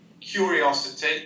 curiosity